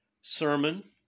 sermon